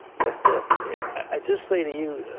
but i just say to you,